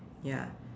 ya